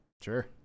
Sure